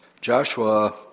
Joshua